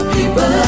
People